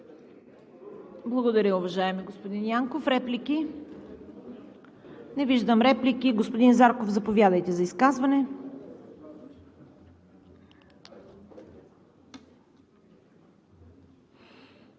Благодаря, уважаеми господин Янков. Реплики? Не виждам. Господин Зарков, заповядайте за изказване.